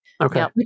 Okay